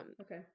Okay